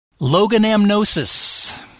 Loganamnosis